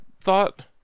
thought